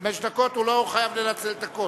חמש דקות, הוא לא חייב לנצל את הכול.